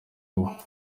ubu